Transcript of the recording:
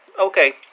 Okay